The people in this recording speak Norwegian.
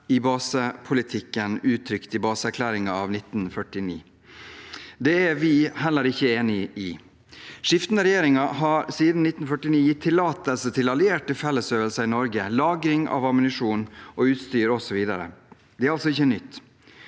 i basepolitikken, uttrykt i baseerklæringen av 1949. Det er vi ikke enig i. Skiftende regjeringer har siden 1949 gitt tillatelse til allierte fellesøvelser i Norge, lagring av ammunisjon og utstyr, osv. Dette er altså ikke nytt.